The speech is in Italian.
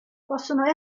possono